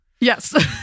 Yes